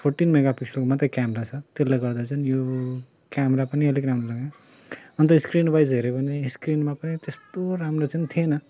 fourteen mega पिक्सेलको मात्रै camera छ त्यसले गर्दा चाहिँ यो क्यामेरा पनि अलिक राम्रो लागेन अन्त स्क्रिनवाइज हेऱ्यो भने स्क्रिनमा पनि त्यस्तो राम्रो चाहिँ थिएन